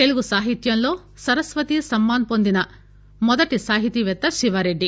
తెలుగు సాహిత్యంలో సరస్వతీ సమ్మాన్ పొందిన మొదటి సాహితీపేత్త శివారెడ్డి